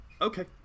Okay